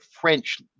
French